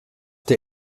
der